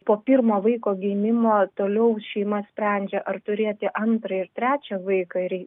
po pirmo vaiko gimimo toliau šeima sprendžia ar turėti antrą ir trečią vaiką ir